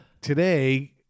today